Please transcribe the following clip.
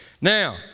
Now